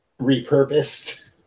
repurposed